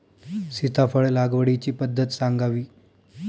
सीताफळ लागवडीची पद्धत सांगावी?